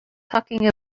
talking